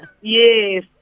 Yes